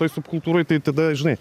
toj subkultūroj tai tada žinai